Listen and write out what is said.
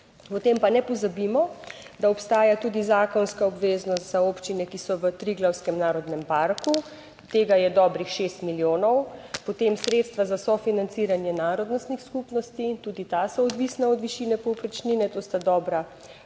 Potem pa ne pozabimo, da obstaja tudi zakonska obveznost za občine, ki so v Triglavskem narodnem parku, tega je dobrih 6 milijonov. Potem sredstva za sofinanciranje narodnostnih skupnosti, tudi ta so odvisna od višine povprečnine, to sta dobra dva